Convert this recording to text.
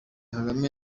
kagame